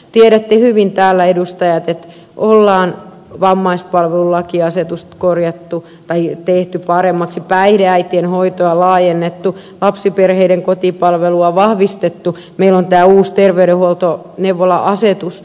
tiedätte hyvin täällä edustajat että on vammaispalvelulaki ja asetus tehty paremmaksi päihdeäitien hoitoa laajennettu lapsiperheiden kotipalvelua vahvistettu meillä on tämä uusi terveydenhuolto ja neuvola asetus